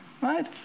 right